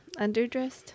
underdressed